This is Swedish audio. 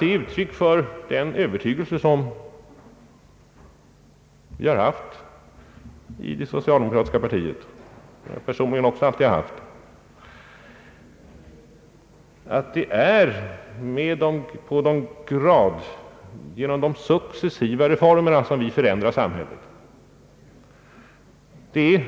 Det är uttryck för den övertygelse som vi har haft i det socialdemokratiska partiet och som jag personligen alltid haft, nämligen att det är genom de successiva reformerna som vi förändrar samhället.